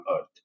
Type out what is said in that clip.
Earth